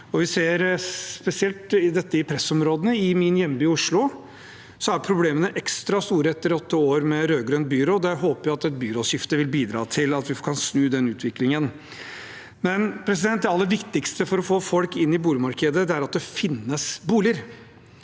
dette spesielt i pressområdene. I min hjemby, Oslo, er problemene ekstra store etter åtte år med rødgrønt byråd, og jeg håper at et byrådsskifte vil bidra til at vi kan snu den utviklingen. Men det aller viktigste for å få folk inn på boligmarkedet er at det finnes boliger,